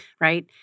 right